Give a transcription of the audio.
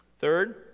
Third